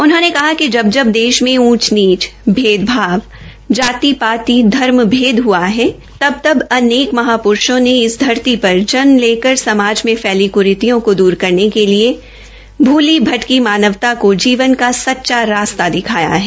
उन्होंने कहा कि जब जब देश में ऊंच नीच भेदभाव जाति पाति धर्मभेद हआ है तब तब अनेक महाप्रुषों ने इस धरती पर जन्म लेकर समाज में फैली कुरीतियों को दूर करने के लिए भूली भटकी मानवता को जीवन का सच्चा रास्ता दिखाया है